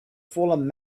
fallen